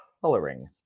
coloring